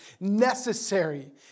necessary